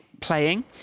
playing